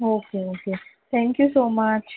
okay okay thank you so much